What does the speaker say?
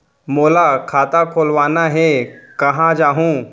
मोला खाता खोलवाना हे, कहाँ जाहूँ?